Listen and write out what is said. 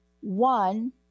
One